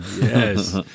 Yes